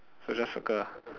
so just circle ah